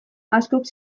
askok